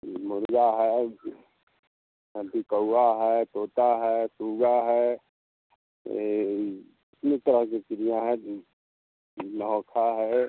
मुर्गा है हदी कौआ है तोता है सुग्गा है तीन तरह की चिड़िया हैं जो नौखा है